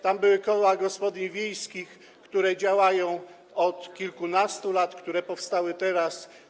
Tam były koła gospodyń wiejskich, które działają od kilkunastu lat i które powstały teraz.